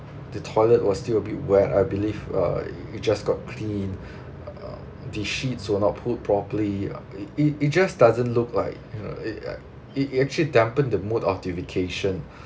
the toilet was still a bit wet I believe uh it just got clean uh the sheets were not put properly it it just doesn't look like you know it uh it actually dampened the mood of the vacation